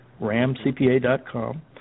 ramcpa.com